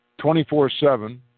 24-7